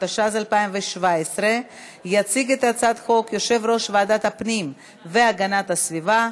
התשע"ז 2017. יציג את הצעת החוק יושב-ראש ועדת הפנים והגנת הסביבה,